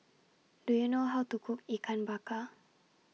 Do YOU know How to Cook Ikan Bakar